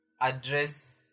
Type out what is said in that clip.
address